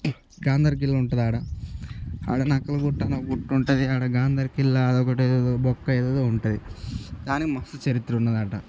గాంధారి ఖిల్లా ఉంటుంది అక్కడ అక్కడ నక్కల గుట్టని ఒక గుట్టుంటుంది అక్కడ గాంధారి ఖిల్లా అది ఒకటేదో బొక్క ఏదేదో ఉంటుంది దానికి మస్తు చరిత్ర ఉన్నాదట